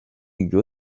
hugo